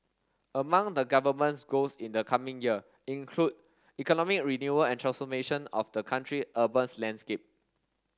among the Government's goals in the coming year include economic renewal and transformation of the country urbans landscape